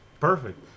perfect